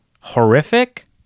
horrific